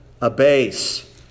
abase